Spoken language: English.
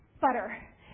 butter